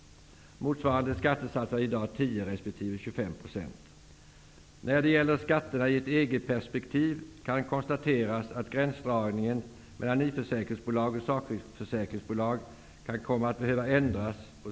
Motsvarande skattesatser är i dag 10 % resp. 25 %. När det gäller skatterna i ett EG-perspektiv kan man konstatera att gränsdragningen mellan livförsäkringsbolag och sakförsäkringsbolag kan komma att behöva ändras.